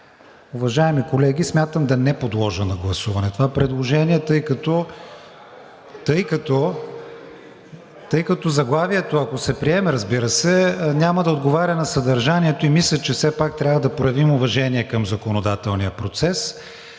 Уважаеми колеги, смятам да не подложа на гласуване това предложение, тъй като заглавието, ако се приеме, разбира се, няма да отговаря на съдържанието, и мисля, че все пак трябва да проявим уважение към законодателния процес.